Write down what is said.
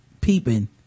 peeping